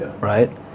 right